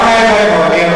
למה אין בהן עוני?